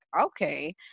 okay